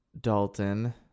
Dalton